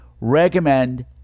recommend